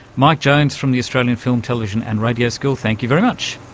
mike jones from the australian film, television and radio school, thank you very much.